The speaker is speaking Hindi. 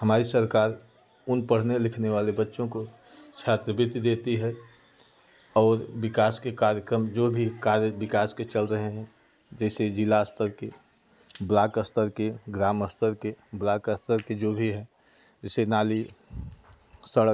हमारी सरकार उन पढ़ने लिखने वाले बच्चों को छात्रवृति देती है और विकास के कार्यक्रम जो भी कार्य विकास के चल रहे हैं जैसे ज़िला स्तर के ब्लाक स्तर के ग्राम स्तर के ब्लाक स्तर के जो भी हैं जैसे नाली सड़क